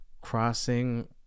Crossing